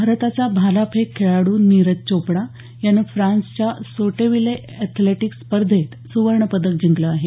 भारताचा भालाफेक खेळाडू नीरज चोपडा यानं फ्रान्सच्या सोटेविले एथलेटिक्स स्पर्धेत सुवर्णपदक जिंकलं आहे